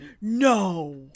no